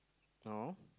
no